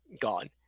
gone